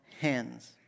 hands